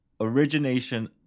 origination